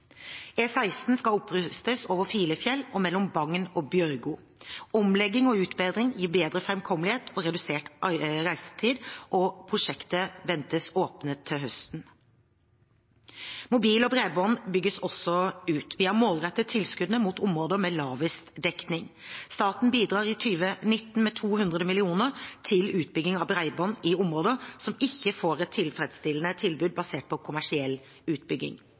skal opprustes over Filefjell og mellom Bagn og Bjørgo. Omlegging og utbedring gir bedre framkommelighet og redusert reisetid. Prosjektet ventes åpnet til høsten. Mobil og bredbånd bygges også ut. Vi har målrettet tilskuddene mot områdene med lavest dekning. Staten bidrar i 2019 med 200 mill. kr til utbygging av bredbånd i områder som ikke får et tilfredsstillende tilbud basert på kommersiell utbygging.